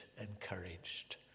encouraged